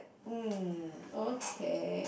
mm okay